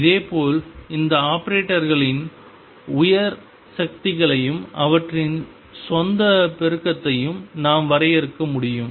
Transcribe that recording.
இதேபோல் இந்த ஆபரேட்டர்களின் உயர் சக்திகளையும் அவற்றின் சொந்த பெருக்கத்தையும் நாம் வரையறுக்க முடியும்